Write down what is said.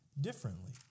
Differently